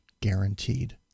guaranteed